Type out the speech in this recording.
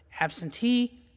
absentee